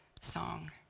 song